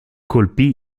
colpì